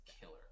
killer